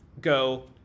go